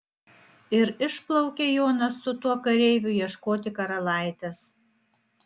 ir išplaukė jonas su tuo kareiviu ieškoti karalaitės